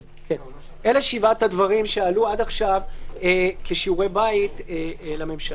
אלה שבעת הדברים שעלו עד כה כשיעורי בית לממשלה.